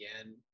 again